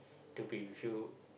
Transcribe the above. to be with you